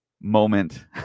moment